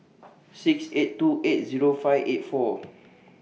six eight two eight Zero five eight four